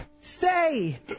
stay